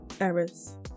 errors